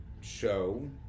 show